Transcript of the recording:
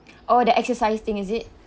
oh the exercise thing is it